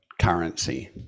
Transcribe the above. currency